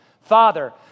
Father